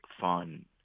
fun